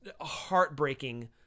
heartbreaking